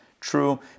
true